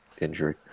injury